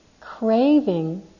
craving